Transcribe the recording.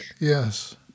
yes